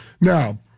Now